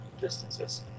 distances